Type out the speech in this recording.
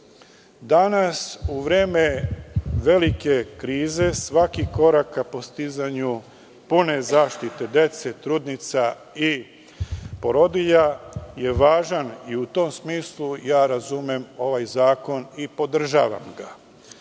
u vreme velike krize svaki korak ka postizanju pune zaštite dece, trudnica i porodilja je važan i u tom smislu ja razumem ovaj zakon i podržavam